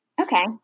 Okay